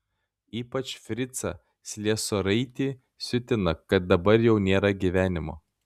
ypač fricą sliesoraitį siutina kad dabar jau nėra gyvenimo